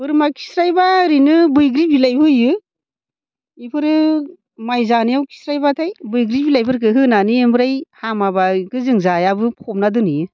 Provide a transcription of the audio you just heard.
बोरमा खिस्राइबा ओरैनो बैग्रि बिलाइबो होयो बेफोरो माइ जानायाव खिस्राइ बाथाय बैग्रि बिलाइफोरखो होनानै ओमफ्राय हामाबा बिखौ जों जायाबो फबना दोनहैयो